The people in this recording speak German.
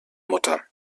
mutter